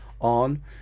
on